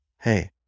Hey